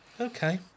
Okay